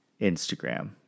Instagram